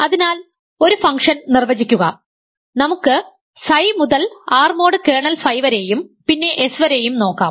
അതിനാൽ ഒരു ഫംഗ്ഷൻ നിർവചിക്കുക നമുക്ക് ψ മുതൽ R മോഡ് കേർണൽ ഫൈ വരെയും പിന്നെ S വരെയും നോക്കാം